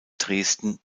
dresden